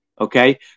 Okay